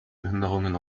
behinderungen